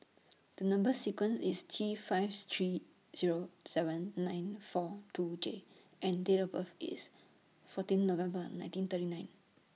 The Number sequence IS T five three Zero seven nine four two J and Date of birth IS fourteen November nineteen thirty nine